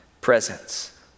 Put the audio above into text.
presence